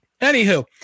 Anywho